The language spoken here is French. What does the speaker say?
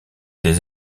des